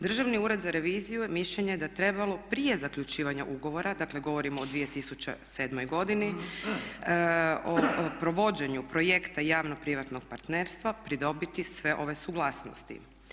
Državni ured za reviziju je mišljenja da je trebalo prije zaključivanja ugovora, dakle govorimo o 2007. godini o provođenju projekta javno privatnog partnerstva pridobiti sve ove suglasnosti.